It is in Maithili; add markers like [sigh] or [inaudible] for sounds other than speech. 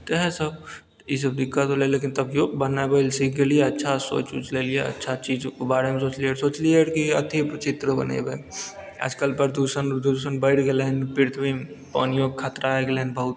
तेॅं सब ई सब दिक्कत होलै लेकिन तभियो बनाबै लए सीख गेलियै से अच्छा से सोचि उच लेलियै [unintelligible] सोचलियै रहऽ कि अथीके चित्र बनेबै आजकल प्रदूषण बढ़ि गेलै हन पृथ्वीमे पानियोके खतरा आबि गेलै हन बहुत